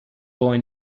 boy